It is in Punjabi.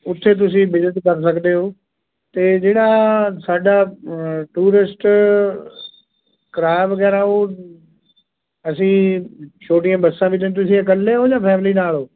ਉਥੇ ਤੁਸੀਂ ਬਿਜਨਸ ਕਰ ਸਕਦੇ ਹੋ ਅਤੇ ਜਿਹੜਾ ਸਾਡਾ ਟੂਰਿਸਟ ਕਰਾਇਆ ਵਗੈਰਾ ਉਹ ਅਸੀਂ ਛੋਟੀਆਂ ਬੱਸਾਂ ਵਿੱਚ ਤੁਸੀਂ ਇਕੱਲੇ ਹੋ ਜਾਂ ਫੈਮਲੀ ਨਾਲ ਹੋ